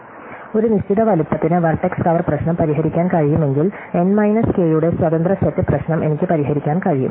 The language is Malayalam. അതിനാൽ ഒരു നിശ്ചിത വലുപ്പത്തിന് വെർട്ടെക്സ് കവർ പ്രശ്നം പരിഹരിക്കാൻ കഴിയുമെങ്കിൽ എൻ മൈനസ് കെ യുടെ സ്വാതന്ത്ര്യ സെറ്റ് പ്രശ്നം എനിക്ക് പരിഹരിക്കാൻ കഴിയും